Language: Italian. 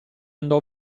andò